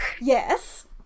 yes